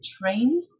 trained